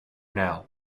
now